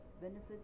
benefits